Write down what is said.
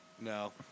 No